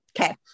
Okay